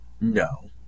No